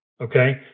Okay